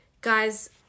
Guys